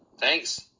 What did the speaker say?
Thanks